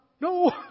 no